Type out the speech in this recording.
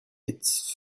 its